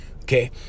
okay